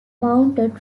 mounted